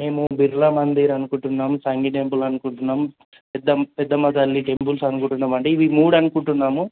మేము బిర్లా మందిర్ అనుకుంటున్నాము సంఘి టెంపుల్ అనుకుంటున్నాము పెద్దమ్మ పెద్దమ్మ తల్లి టెంపుల్స్ అనుకుంటున్నాము అండి ఇవి మూడు అనుకుంటున్నాము